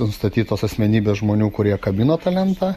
nustatytos asmenybės žmonių kurie kabino tą lentą